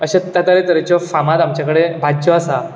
अश्यो तरेतरेच्यो फामाद आमचे कडेन भाज्जयो आसात